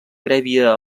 prèvia